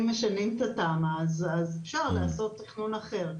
אם משנים את התמ"א אפשר לעשות תכנון אחר.